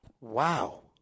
Wow